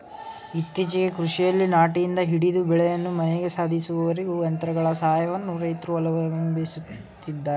ಇತ್ತೀಚೆಗೆ ಕೃಷಿಯಲ್ಲಿ ನಾಟಿಯಿಂದ ಹಿಡಿದು ಬೆಳೆಯನ್ನು ಮನೆಗೆ ಸಾಧಿಸುವವರೆಗೂ ಯಂತ್ರಗಳ ಸಹಾಯವನ್ನು ರೈತ್ರು ಅವಲಂಬಿಸಿದ್ದಾರೆ